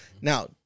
Now